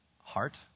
heart